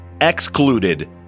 excluded